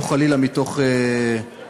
לא חלילה מתוך עצלות,